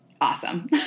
Awesome